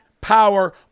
power